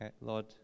Lord